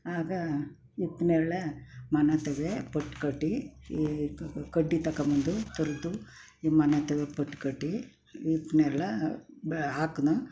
ಆಗ ಹಿಪ್ಪು ನೇರ್ಳೆ ಮನತವೇ ಪಟ್ಟ ಕಟ್ಟಿ ಈ ಕಡ್ಡಿ ತಗೊಂಡ್ಬಂದು ತುರಿದು ಈ ಮನೆ ತವೇ ಪಟ್ಟಿ ಕಟ್ಟಿ ಹಿಪ್ಪು ನೇರ್ಳೆ ಬೆ ಹಾಕಿದ್ನ